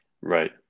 Right